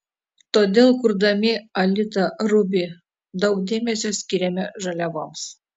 todėl kurdami alita ruby daug dėmesio skyrėme žaliavoms